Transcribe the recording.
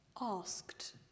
asked